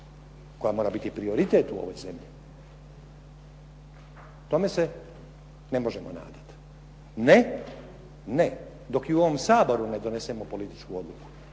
koja mora biti prioritet u ovoj zemlji. Tome se ne možemo nadati. Ne, ne. Dok je u ovom Saboru ne donesemo političku odluku